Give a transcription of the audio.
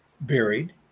buried